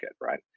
right